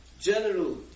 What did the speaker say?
general